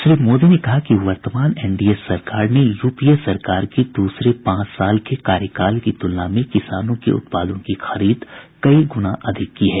श्री मोदी ने कहा कि वर्तमान एनडीए सरकार ने यूपीए सरकार के दूसरे पांच वर्ष के कार्यकाल की तुलना में किसानों के उत्पादों की खरीद कई गुना अधिक की है